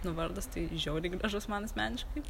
nu vardas tai žiauriai gražus man asmeniškai